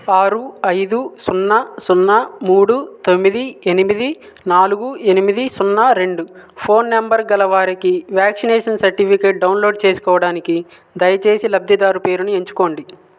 ఆరు ఐదు సున్నా సున్నా మూడు తొమ్మిది ఎనిమిది నాలుగు ఎనిమిది సున్నా రెండు ఫోన్ నంబర్ గలవారికి వ్యాక్సినేషన్ సర్టిఫికేట్ డౌన్లోడ్ చేసుకోడానికి దయచేసి లబ్ధిదారు పేరుని ఎంచుకోండి